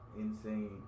insane